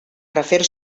refer